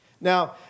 Now